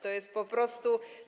To jest po prostu.